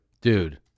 Dude